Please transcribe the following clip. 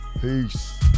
Peace